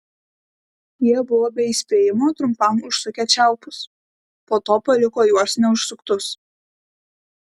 jie buvo be įspėjimo trumpam užsukę čiaupus po to paliko juos neužsuktus